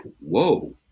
Whoa